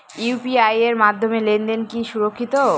UPI এর মাধ্যমে লেনদেন কি সুরক্ষিত?